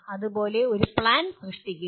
അതുപോലെ ഒരു പ്ലാൻ സൃഷ്ടിക്കുക